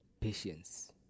patience